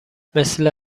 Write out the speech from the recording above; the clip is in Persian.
مثل